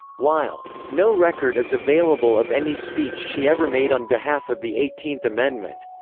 while no record is available of any speech she ever made on behalf of the eighteenth amendment,